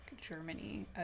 Germany